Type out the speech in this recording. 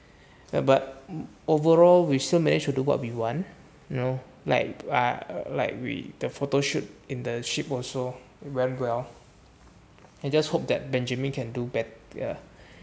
but overall we still managed to do what we want you know like we the photo shoot in the ship also very well I just hope that benjamin can do better